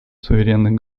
суверенных